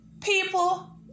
people